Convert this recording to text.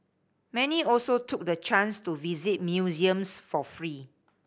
many also took the chance to visit museums for free